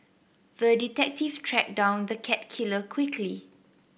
the detective tracked down the cat killer quickly